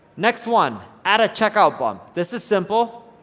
next one, add a checkout bump. this is simple.